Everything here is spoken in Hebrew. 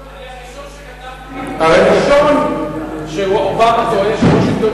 אני הראשון שכתבתי שאובמה טועה,